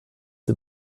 den